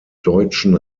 deutschen